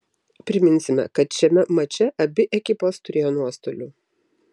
priminsime kad šiame mače abi ekipos turėjo nuostolių